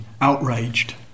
outraged